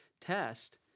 test